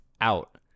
out